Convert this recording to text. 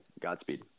Godspeed